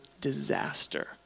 disaster